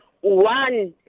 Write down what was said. one